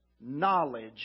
knowledge